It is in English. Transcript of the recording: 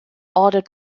audit